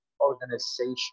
organization